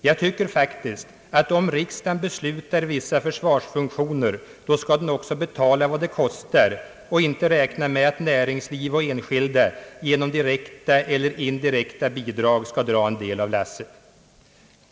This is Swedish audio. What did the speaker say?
Jag tycker faktiskt, att om riksdagen beslutar vissa försvarsfunktioner, då skall den också betala vad det kostar och inte räkna med att näringsliv och enskilda genom direkta eller indirekta bidrag skall dra en del av lasset.